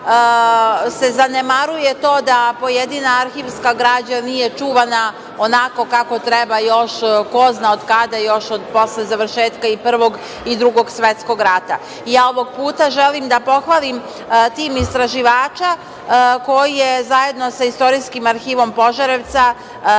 se zanemaruje to da pojedina arhivska građa nije čuvana onako kako treba još ko zna od kada, još od posle završetka Prvog svetskog rata i Drugog svetskog rata. Ovog puta želim da pohvalim tim istraživača koji je zajedno sa Istorijskim arhivom Požarevca,